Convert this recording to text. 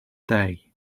day